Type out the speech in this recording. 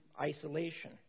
isolation